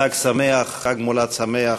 חג שמח, חג מולד שמח.